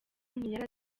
ntiyari